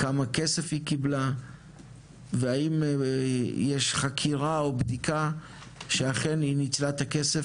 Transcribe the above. כמה כסף היא קיבלה והאם יש חקירה או בדיקה שאגן היא ניצלה את הכסף